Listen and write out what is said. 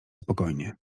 spokojnie